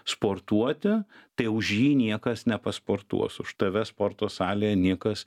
sportuoti tai už jį niekas nepasportuos už tave sporto salėje niekas